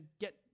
get